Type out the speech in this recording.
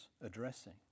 addressing